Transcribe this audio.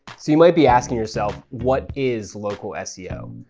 so you might be asking yourself, what is local seo?